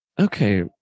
Okay